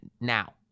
now